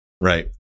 Right